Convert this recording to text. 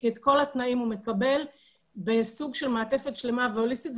כי את כל התנאים הוא מקבל בסוג של מעטפת שלמה והוליסטית.